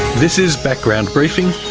this is background briefing,